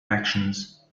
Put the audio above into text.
actions